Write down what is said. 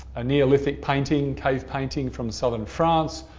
a neolithic painting, cave painting from southern france,